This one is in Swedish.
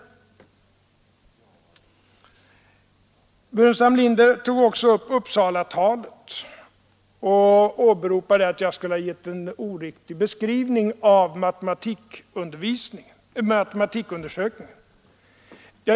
Herr Burenstam Linder tog också upp Uppsalatalet och åberopade att jag skulle ha givit en oriktig beskrivning av matematikundersökningen.